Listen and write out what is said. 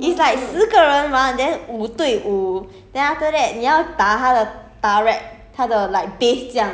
is like 十个人玩 then 五对五 then after that 你要打他的 turret 他的 like base 这样